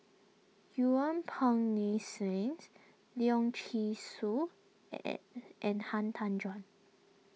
Yuen Peng Neice niece Leong Yee Soo and Han Tan Juan